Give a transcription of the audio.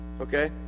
okay